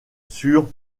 sur